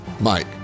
Mike